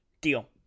Deal